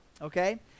okay